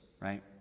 right